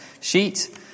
sheet